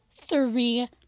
three